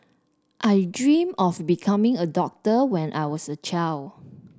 I dreamt of becoming a doctor when I was a child